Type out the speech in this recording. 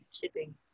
shipping